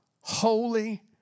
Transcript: holy